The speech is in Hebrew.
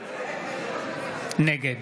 נגד